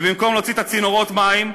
ובמקום להוציא את צינורות המים,